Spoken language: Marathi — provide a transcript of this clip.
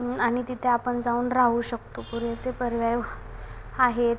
आणि तिथे आपण जाऊन राहू शकतो पुरेसे पर्याय आहेत